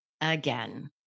again